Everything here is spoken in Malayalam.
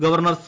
governor C